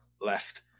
left